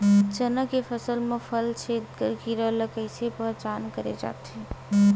चना के फसल म फल छेदक कीरा ल कइसे पहचान करे जाथे?